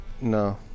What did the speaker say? No